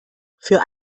für